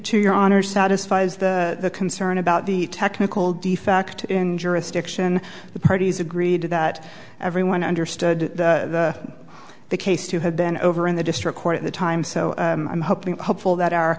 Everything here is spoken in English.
to your honor satisfies the concern about the technical defect in jurisdiction the parties agreed to that everyone understood the case to have been over in the district court at the time so i'm hoping hopeful that